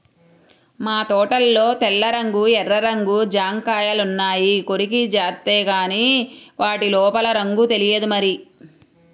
మా తోటలో తెల్ల రంగు, ఎర్ర రంగు జాంకాయలున్నాయి, కొరికి జూత్తేగానీ వాటి లోపల రంగు తెలియదు మరి